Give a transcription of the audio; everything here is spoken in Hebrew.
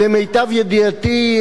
למיטב ידיעתי,